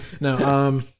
No